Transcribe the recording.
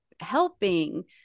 helping